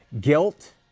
guilt